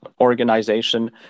organization